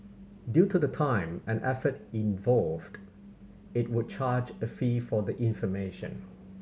due to the time and effort involved it would charge a fee for the information